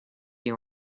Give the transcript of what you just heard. you